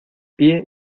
pie